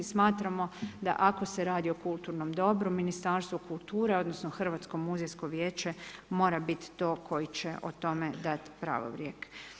Smatramo da ako se radi o kulturnom dobru, Ministarstvo kulture, odnosno Hrvatsko muzejsko vijeće mora biti to koje će o tome dati pravorijek.